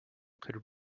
could